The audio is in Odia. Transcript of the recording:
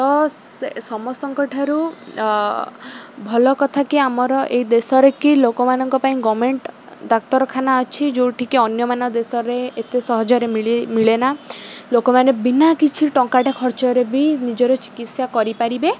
ସେ ସମସ୍ତଙ୍କ ଠାରୁ ଭଲ କଥା କି ଆମର ଏଇ ଦେଶରେ କି ଲୋକମାନଙ୍କ ପାଇଁ ଗଭର୍ନମେଣ୍ଟ ଡାକ୍ତରଖାନା ଅଛି ଯେଉଁଠିକି ଅନ୍ୟମାନ ଦେଶରେ ଏତେ ସହଜରେ ମିଳେନା ଲୋକମାନେ ବିନା କିଛି ଟଙ୍କାଟା ଖର୍ଚ୍ଚରେ ବି ନିଜର ଚିକିତ୍ସା କରିପାରିବେ